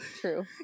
true